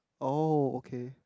oh okay